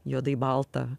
juodai baltą